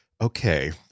okay